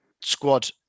squad